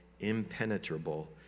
impenetrable